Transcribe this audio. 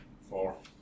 Four